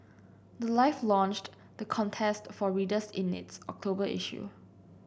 the life launched the contest for readers in its October issue